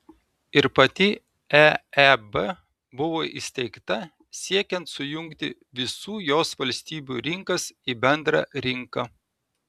ir pati eeb buvo įsteigta siekiant sujungti visų jos valstybių rinkas į bendrą rinką